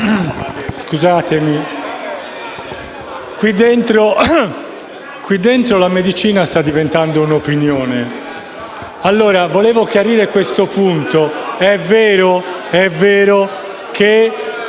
Presidente, qui dentro la medicina sta diventando un'opinione. Allora, volevo chiarire questo punto: è vero che